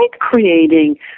creating